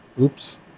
Oops